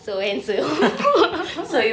so handsome